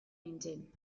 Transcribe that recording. nintzen